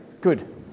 Good